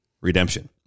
redemption